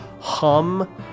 hum